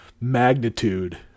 magnitude